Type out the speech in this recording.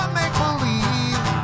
make-believe